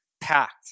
packed